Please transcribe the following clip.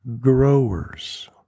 growers